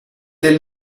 del